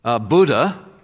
Buddha